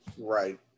right